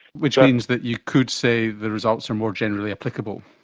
which means that you could say the results are more generally applicable.